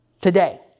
Today